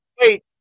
Wait